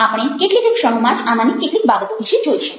આપણે કેટલીક ક્ષણોમાં જ આમાંની કેટલીક બાબતો વિશે જોઈશું